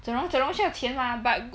整容整容需要钱啦 but